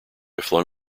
flung